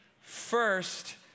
first